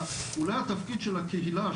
אולי התפקיד של הקהילה,